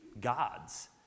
God's